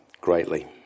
greatly